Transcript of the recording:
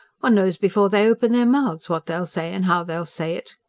one knows before they open their mouths what they'll say and how they'll say it,